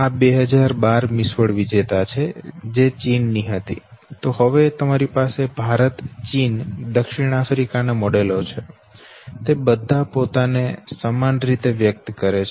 આ 2012 Miss World વિજેતા છે જે ચીન ની હતી હવે તમારી પાસે ભારત ચીન દક્ષિણ આફ્રિકા ના મોડેલો છે તે બધા પોતાને સમાન રીતે વ્યક્ત કરે છે